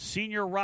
Senior